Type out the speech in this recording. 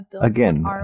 Again